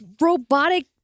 robotic